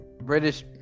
British